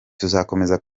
tuzakomeza